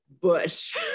Bush